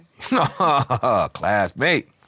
classmate